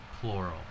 plural